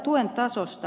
tuen tasosta